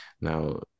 now –